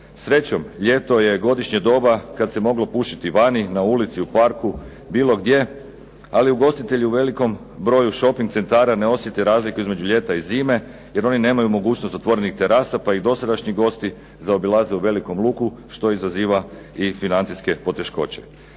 Srećom, ljeto je godišnje doba kad se moglo pušiti vani, na ulici, u parku, bilo gdje, ali ugostitelji u velikom broju šoping centara ne osjete razliku između ljeta i zime, jer oni nemaju mogućnost otvorenih terasa pa ih dosadašnji gosti zaobilaze u velikom luku, što izaziva i financijske poteškoće.